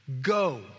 Go